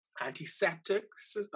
antiseptics